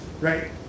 right